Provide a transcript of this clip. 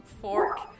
fork